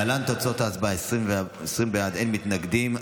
להלן תוצאות ההצבעה: 20 בעד, אין מתנגדים.